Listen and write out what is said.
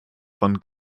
von